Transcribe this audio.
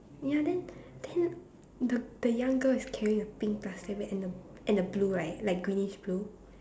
ya then then the the young girl is carrying a pink plastic bag and the and the blue right like greenish blue